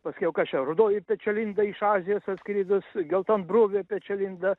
pasakiau kas čia rudoji pečialinda iš azijos atskridus geltonbruvė pečialinda